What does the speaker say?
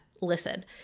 listen